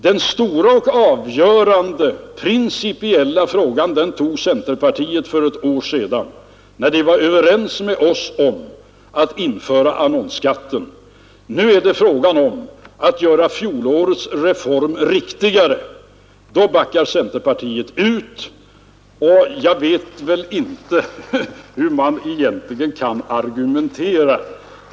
Den stora och avgörande principiella frågan tog centerpartiet för ett år sedan, när centerpartiet var överens med oss om att införa annonsskatten. Nu är det fråga om att göra fjolårets reform riktigare — då backar centerpartiet ut. Jag vet inte hur man egentligen kan argumentera därvidlag.